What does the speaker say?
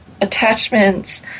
attachments